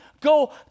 go